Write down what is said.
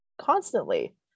constantly